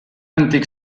antic